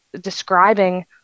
describing